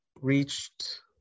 reached